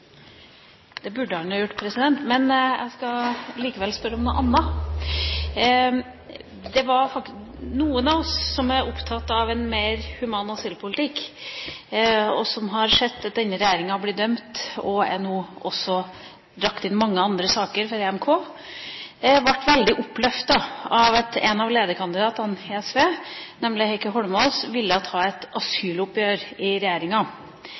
Det burde han ha gjort. Men jeg skal likevel spørre om noe annet. Noen av oss som er opptatt av en mer human asylpolitikk, og som har sett at denne regjeringa er blitt dømt, og at det nå også er brakt inn mange andre saker for EMK, ble veldig oppløftet av at en av lederkandidatene i SV, nemlig Heikki Holmås, ville ta et asyloppgjør i regjeringa.